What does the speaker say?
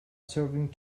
serving